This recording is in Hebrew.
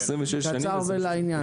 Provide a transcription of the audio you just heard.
קצר ולעניין בבקשה.